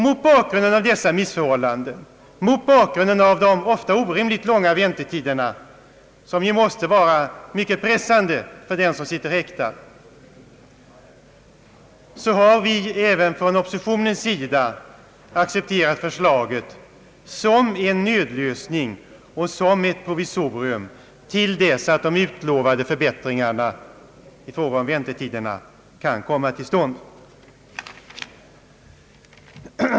Mot bakgrunden av dessa missförhållanden, mot bakgrunden av de ofta orimligt långa väntetiderna som ju måste vara mycket pressande för den som sitter häktad har även oppositionen accepterat förslaget som en nödlösning och som ett provisorium till dess att de utlovade förbättringarna i fråga om väntetiderna kan komma till stånd.